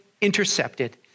intercepted